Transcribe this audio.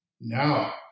Now